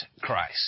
Christ